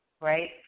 right